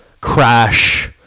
crash